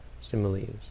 similes